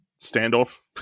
standoff